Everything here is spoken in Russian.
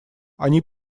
они